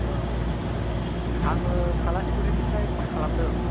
ओ आङो फालासगुरिनिफ्राय फन खालामदों